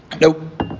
Nope